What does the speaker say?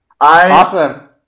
Awesome